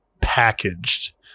packaged